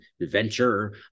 venture